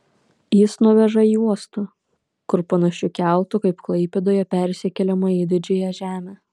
jis nuveža į uostą kur panašiu keltu kaip klaipėdoje persikeliama į didžiąją žemę